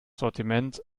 sortiment